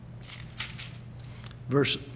Verse